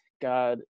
God